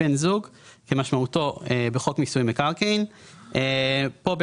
"בן זוג" כמשמעותו בחוק מיסוי מקרקעין."; פה,